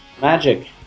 Magic